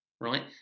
right